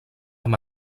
amb